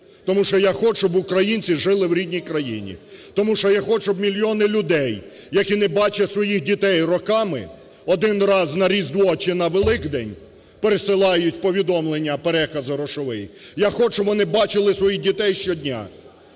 тому що я хочу, щоб українці жили в рідній країні, тому що я хочу, щоб мільйони людей, які не бачать своїх дітей роками, один раз на Різдво чи на Великдень пересилають повідомлення, переказ грошовий, я хочу, щоб вони бачили своїх дітей щодня.